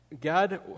God